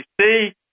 see